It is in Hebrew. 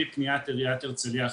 מפניית עירית הרצליה,